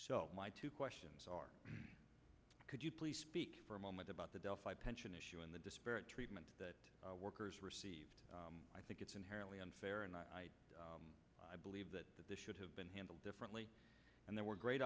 so my two questions are could you please speak for a moment about the delphi pension issue and the disparate treatment that workers received i think it's inherently unfair and i believe that this should have been handled differently and there were great